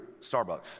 Starbucks